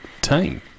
team